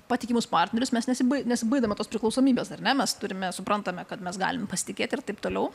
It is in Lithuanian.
patikimus partnerius mes nesibai nesibaidome tos priklausomybės ar ne mes turime suprantame kad mes galim pasitikėt ir taip toliau